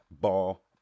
Ball